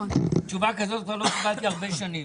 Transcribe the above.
תשובה כזאת כבר לא נתקלתי המון שנים.